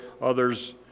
Others